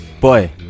Boy